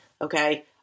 Okay